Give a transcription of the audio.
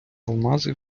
алмази